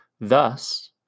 Thus